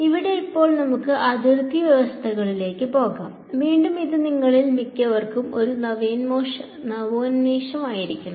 ഇവിടെ ഇപ്പോൾ നമുക്ക് അതിർത്തി വ്യവസ്ഥകളിലേക്ക് പോകാം വീണ്ടും ഇത് നിങ്ങളിൽ മിക്കവർക്കും ഒരു നവോന്മേഷമായിരിക്കണം